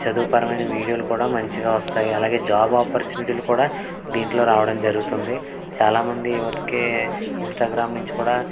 చదువుపరమైన వీడియోలు కూడా మంచిగా వస్తాయి అలాగే జాబ్ ఆపర్చునిటీలు కూడా దీంట్లో రావడం జరుగుతుంది చాలామంది ఊరికే ఇన్స్టాగ్రామ్ నుంచి కూడా